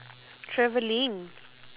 travelling